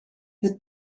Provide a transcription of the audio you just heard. het